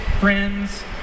friends